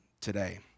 today